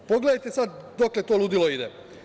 Pogledajte sada dokle to ludilo ide.